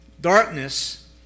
Darkness